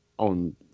on